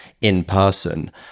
in-person